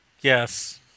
Yes